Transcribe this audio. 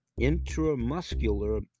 intramuscular